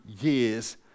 years